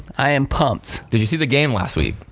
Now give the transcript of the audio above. i am pumped. did you see the game last week?